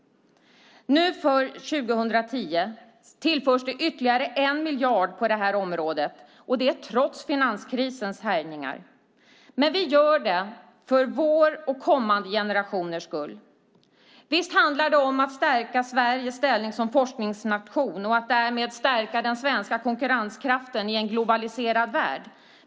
Nu för 2010 tillförs det ytterligare 1 miljard på detta område, och detta trots finanskrisens härjningar. Vi gör det för vår och kommande generationers skull. Visst handlar det om att stärka Sveriges ställning som forskningsnation och att därmed stärka konkurrenskraften i en globaliserad värld.